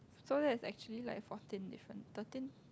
so there's actually like fourteen difference thirteen